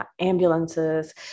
ambulances